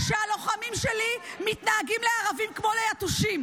שהלוחמים שלי מתנהגים לערבים כמו ליתושים.